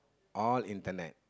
all internet